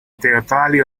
teatrali